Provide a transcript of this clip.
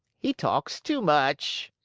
he talks too much.